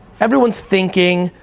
everyone is thinking,